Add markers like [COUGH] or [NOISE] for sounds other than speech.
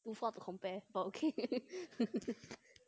too far to compare but okay [LAUGHS]